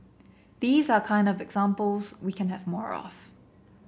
these are kind of examples we can have more of